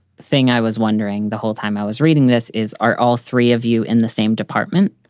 thing i was wondering the whole time i was reading this is are all three of you in the same department?